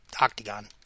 octagon